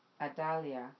Adalia